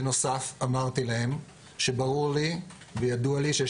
בנוסף אמרתי להם שברור לי וידוע לי שיש